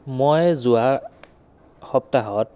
মই যোৱা সপ্তাহত